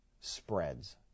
spreads